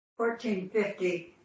1450